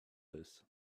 this